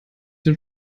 den